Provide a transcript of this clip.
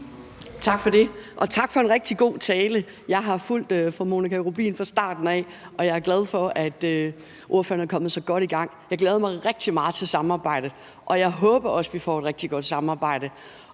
Tak for det, og tak for en rigtig god tale. Jeg har fulgt fru Monika Rubin fra starten af, og jeg er glad for, at ordføreren er kommet så godt i gang. Jeg glæder mig rigtig meget til samarbejdet, og jeg håber også, at vi får et rigtig godt samarbejde,